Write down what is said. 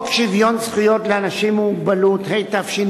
להבטחת שוויון מלא בין האשה לבין האיש,